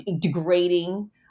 degrading